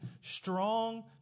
strong